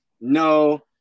no